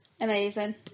Amazing